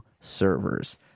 servers